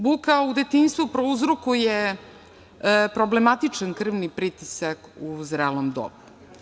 Buka u detinjstvu prouzrokuje problematičan krvni pritisak u zrelom dobru.